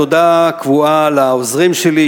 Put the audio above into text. תודה קבועה לעוזרים שלי,